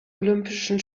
olympischen